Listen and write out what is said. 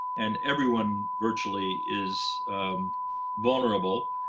and everyone virtually is vulnerable.